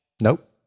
Nope